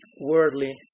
worldly